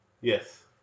Yes